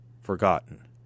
forgotten